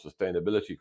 sustainability